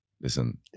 listen